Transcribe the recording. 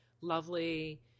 lovely